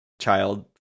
child